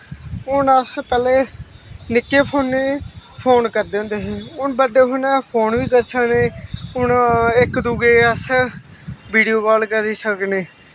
हून अस पैह्ले निक्के फोनै च फोन करदे होंदे हे हून बड्डे फोनै च अस फोन बी करी सकनें हून इक दुए गी अस वीडियो काल करी सकनें